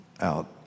out